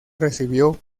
recibió